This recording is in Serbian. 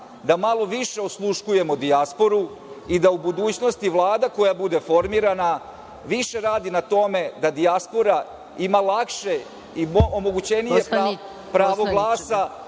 da malo više osluškujemo dijasporu, i da u budućnosti Vlada koja bude formirana više radi na tome da dijaspora ima lakše i omogućenije pravo glasa,